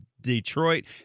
Detroit